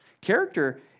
Character